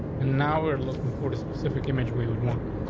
and now we're looking for the specific image we would want.